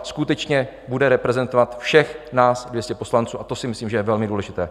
Skutečně bude reprezentovat všech nás 200 poslanců, a to si myslím, že je velmi důležité.